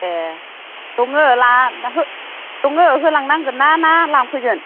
ए' दङो ला हो दङो होलांनांगोन ना ना लांफैगोन